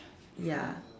ya